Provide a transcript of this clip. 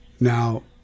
Now